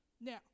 Now